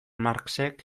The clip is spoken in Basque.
marxek